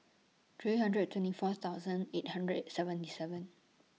three hundred and twenty four thousand eight hundred and seventy seven